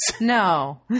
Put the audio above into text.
No